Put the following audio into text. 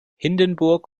hindenburg